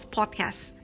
podcasts